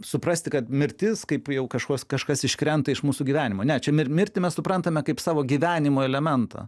suprasti kad mirtis kaip kažkas kažkas iškrenta iš mūsų gyvenimo ne čia mirtį mes suprantame kaip savo gyvenimo elementą